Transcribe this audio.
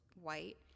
white